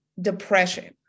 depression